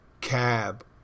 cab